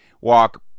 walk